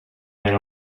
men